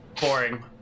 Boring